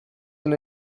and